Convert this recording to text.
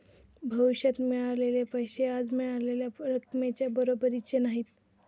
भविष्यात मिळालेले पैसे आज मिळालेल्या रकमेच्या बरोबरीचे नाहीत